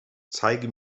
zeige